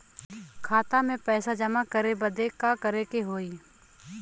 खाता मे पैसा जमा करे बदे का करे के होई?